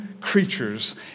creatures